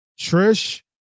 Trish